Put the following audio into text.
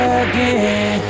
again